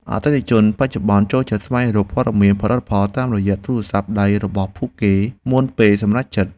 អតិថិជនបច្ចុប្បន្នចូលចិត្តស្វែងរកព័ត៌មានផលិតផលតាមរយៈទូរស័ព្ទដៃរបស់ពួកគេមុនពេលសម្រេចចិត្ត។